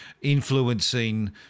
influencing